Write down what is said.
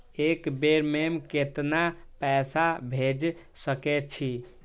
एक बेर में केतना पैसा भेज सके छी?